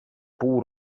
pół